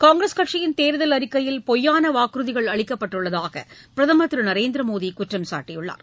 காங்கிரஸ் கட்சியின் தேர்தல் அறிக்கையில் பொய்யானவாக்குறுதிகள் அளிக்கப்பட்டுள்ளதாகபிரதமர் திருநரேந்திரமோடிகுற்றம்சாட்டியுள்ளார்